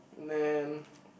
then